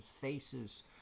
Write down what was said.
faces